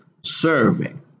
serving